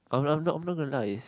I'm not not gonna lie